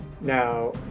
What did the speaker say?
Now